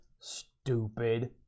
Stupid